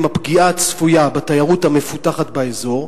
הפגיעה הצפויה בתיירות המפותחת באזור?